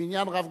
ובעניין רב,